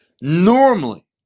Normally